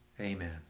Amen